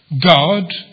God